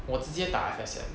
我直接打 F_S_N